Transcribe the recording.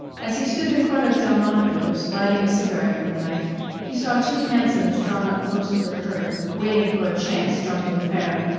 as he stood in front of delmonico's lighting a cigarette one night he saw two hansoms drawn up close to the curb, waiting for a chance drunken fare.